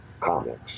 comics